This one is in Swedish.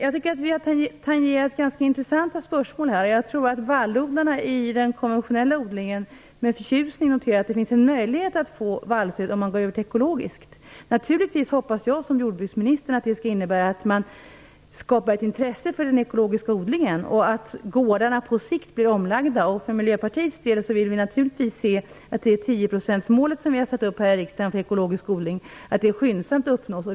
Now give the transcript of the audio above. Jag tycker att vi har tangerat ganska intressanta spörsmål här och tror att vallodlarna i fråga om konventionell odling med förtjusning noterar att det finns en möjlighet att få vallstöd vid en övergång till ekologisk odling. Naturligtvis hoppas jag, i likhet med jordbruksministern, att det innebär att ett intresse skapas för ekologisk odling och att gårdarna på sikt blir omlagda. Vi i Miljöpartiet vill naturligtvis se att det tioprocentsmål som vi har satt upp här i riksdagen beträffande ekologisk odling skyndsamt uppnås.